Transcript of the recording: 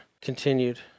continued